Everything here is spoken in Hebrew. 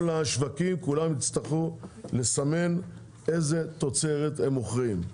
כל השווקים כולם יצטרכו לסמן איזה תוצרת הם מוכרים.